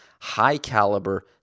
high-caliber